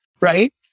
right